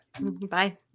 bye